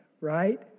Right